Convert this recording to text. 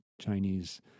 Chinese